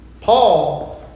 Paul